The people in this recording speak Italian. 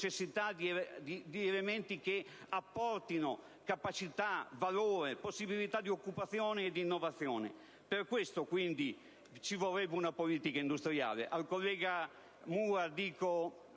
di elementi che apportino capacità, valore, possibilità di occupazione e di innovazione. Per questo, quindi, è necessaria una politica industriale. Al collega Mura dico: